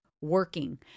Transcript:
working